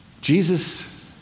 Jesus